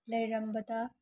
ꯂꯩꯔꯝꯕꯗ